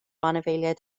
anifeiliaid